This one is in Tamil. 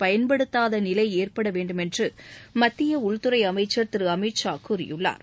பயன்படுத்தாத நிலை ஏற்பட வேண்டுமென்று உள்துறை அமைச்சா் திரு அமித்ஷா கூறியுள்ளாா்